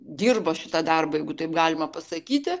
dirbo šitą darbą jeigu taip galima pasakyti